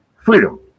Freedom